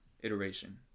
iteration